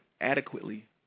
adequately